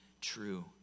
true